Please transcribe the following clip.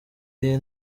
y’iyi